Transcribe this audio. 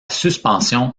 suspension